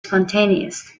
spontaneous